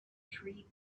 tree